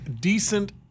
decent